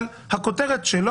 אבל הכותרת,